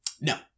No